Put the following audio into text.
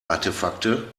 artefakte